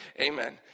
Amen